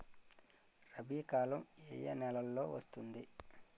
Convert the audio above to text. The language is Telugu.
రబీ కాలం ఏ ఏ నెలలో వస్తుంది?